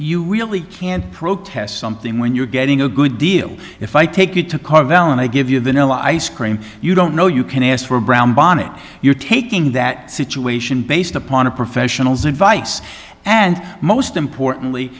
you really can't protest something when you're getting a good deal if i take it to carvel and i give you the no icecream you don't know you can ask for brown bonnet you're taking that situation based upon a professional's advice and most importantly